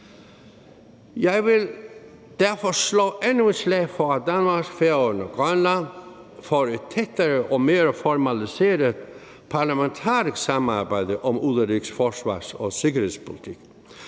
Jeg vil derfor slå endnu et slag for, at Danmark, Færøerne og Grønland får et tættere og mere formaliseret parlamentarisk samarbejde om udenrigs-, forsvars- og sikkerhedspolitik,